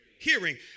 hearing